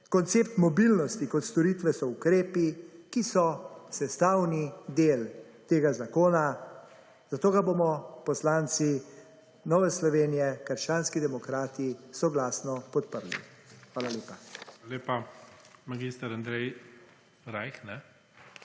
koncept mobilnosti kot storitve so ukrepi, ki so sestavni del tega zakona, zato ga bomo poslanci Nove Slovenije-Krščanski demokrati soglasno podprli. Hvala lepa. PREDSEDNIK IGOR ZORČIČ: